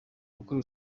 gukora